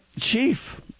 chief